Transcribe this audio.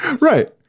Right